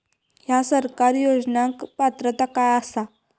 हया सरकारी योजनाक पात्रता काय आसा?